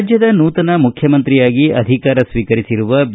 ರಾಜ್ಯದ ನೂತನ ಮುಖ್ಯಮಂತ್ರಿಯಾಗಿ ಅಧಿಕಾರ ಸ್ವೀಕರಿಸಿರುವ ಬಿ